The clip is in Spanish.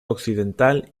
occidental